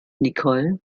nicole